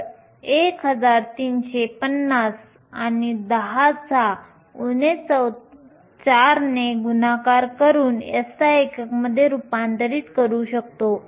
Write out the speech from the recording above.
तर 1350 आणि 10 4 ने गुणाकार करून SI एककमध्ये रूपांतरित करू शकतो